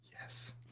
Yes